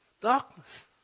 Darkness